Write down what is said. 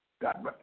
God